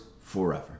forever